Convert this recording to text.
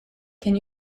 can